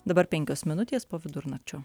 dabar penkios minutės po vidurnakčio